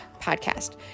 Podcast